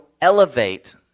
elevate